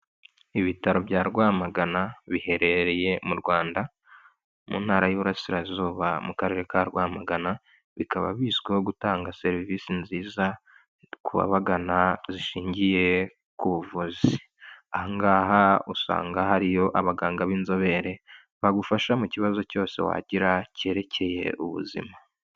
Ibitaro bya Rwamagana biherereye mu Rwanda mu ntara y'ububurasirazuba mu karere ka Rwamagana, bikaba bizwiho gutanga serivisi nziza ku babagana zishingiye ku buvuzi. Ahangaha usanga hariyo abaganga b'inzobere bagufasha mu kibazo cyose wagira cyerekeye ubuzima.